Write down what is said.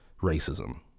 racism